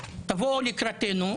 תבואו לקראתנו.